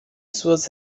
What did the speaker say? suas